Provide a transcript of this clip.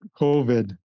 COVID